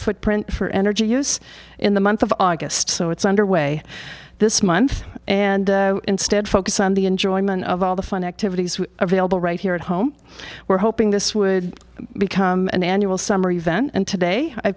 footprint for energy use in the month of august so it's underway this month and instead focus on the enjoyment of all the fun activities available right here at home we're hoping this would become an annual summer event and today i